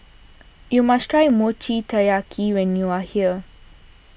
you must try Mochi Taiyaki when you are here